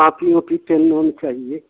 copy उपी pen उन चाहिए